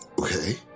okay